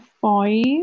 five